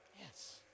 Yes